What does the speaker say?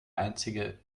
einzige